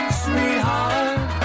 sweetheart